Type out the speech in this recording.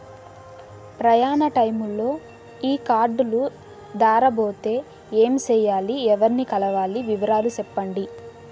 ప్రయాణ టైములో ఈ కార్డులు దారబోతే ఏమి సెయ్యాలి? ఎవర్ని కలవాలి? వివరాలు సెప్పండి?